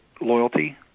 loyalty